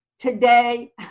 Today